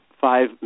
five